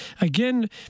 again